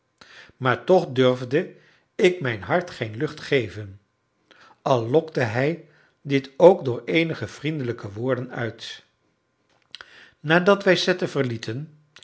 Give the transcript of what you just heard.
maar toch durfde ik mijn hart geen lucht geven al lokte hij dit ook door eenige vriendelijke woorden uit nadat wij cette verlieten